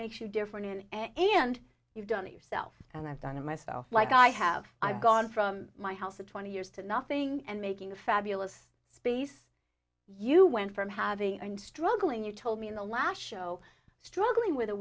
makes you different and you've done it yourself and i've done it myself like i have i've gone from my house in twenty years to nothing and making a fabulous space you went from having and struggling you told me in the last show struggling with a